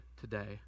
today